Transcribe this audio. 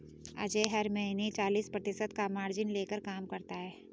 अजय हर महीने में चालीस प्रतिशत का मार्जिन लेकर काम करता है